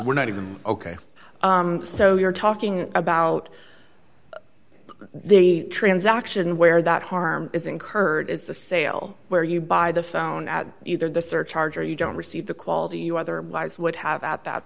we're not even ok so you're talking about the transaction where that harm is incurred is the sale where you buy the phone at either the surcharge or you don't receive the quality you otherwise would have at that